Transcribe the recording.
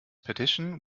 petition